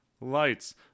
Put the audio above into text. lights